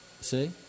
See